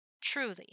Truly